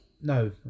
No